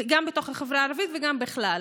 גם בתוך החברה הערבית וגם בכלל,